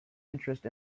interest